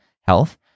health